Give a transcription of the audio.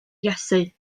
iesu